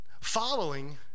following